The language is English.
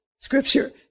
Scripture